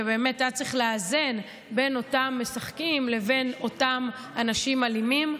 ובאמת היה צריך לאזן בין אותם משחקים לבין אותם אנשים אלימים.